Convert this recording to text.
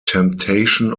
temptation